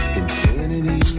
infinity